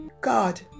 God